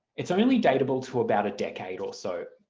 it's only dateable to about a decade or so.